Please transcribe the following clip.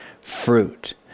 fruit